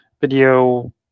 video